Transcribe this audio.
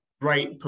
right